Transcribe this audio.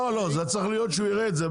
צריך שהוא יראה את זה.